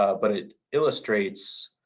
ah but it illustrates.